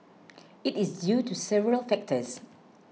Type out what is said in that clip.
it is due to several factors